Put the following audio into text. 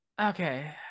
Okay